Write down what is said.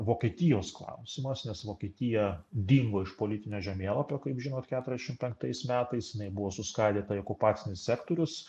vokietijos klausimas nes vokietija dingo iš politinio žemėlapio kaip žinot keturiašim penktais metais jinai buvo suskaldyta į okupacinis sektorius